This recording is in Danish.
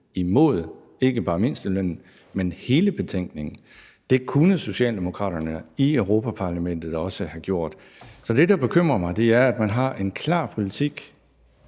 imod ikke bare mindstelønnen, men hele betænkningen. Det kunne Socialdemokraterne i Europa-Parlamentet også have gjort. Så det, der bekymrer mig, er, at man har en klar politik